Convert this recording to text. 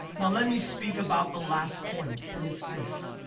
now let me speak about the last point, and it's this.